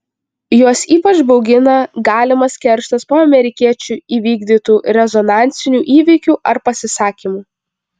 juos ypač baugina galimas kerštas po amerikiečių įvykdytų rezonansinių įvykių ar pasisakymų